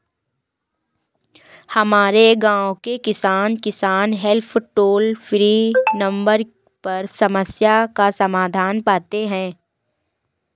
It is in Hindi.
हमारे गांव के किसान, किसान हेल्प टोल फ्री नंबर पर समस्या का समाधान पाते हैं